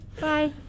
Bye